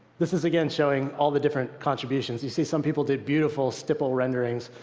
this is again showing all the different contributions. you see some people did beautiful stipple renderings,